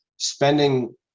Spending